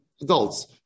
Adults